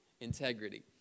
integrity